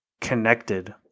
connected